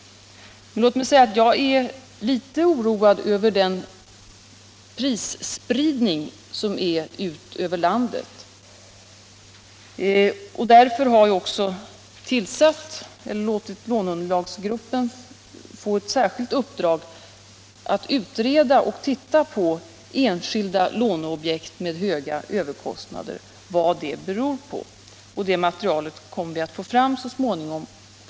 Låt mig dock säga att jag är lite oroad över den prisspridning som är på väg ut över landet. Därför har vi också låtit låneunderlagsgruppen få ett särskilt uppdrag att utreda och titta på enskilda låneobjekt med höga överkostnader. Den skall försöka få fram vad dessa beror på. Ett sådant material kommer vi att få fram så småningom.